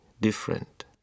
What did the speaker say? different